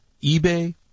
eBay